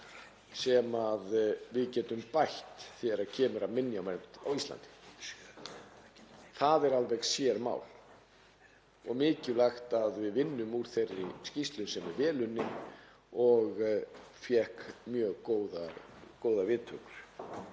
sem við getum bætt þegar kemur að minjavernd á Íslandi. Það er alveg sérmál og mikilvægt að við vinnum úr þeirri skýrslu sem er vel unnin og fékk mjög góðar viðtökur.